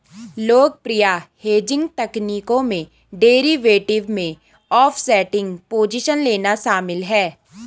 लोकप्रिय हेजिंग तकनीकों में डेरिवेटिव में ऑफसेटिंग पोजीशन लेना शामिल है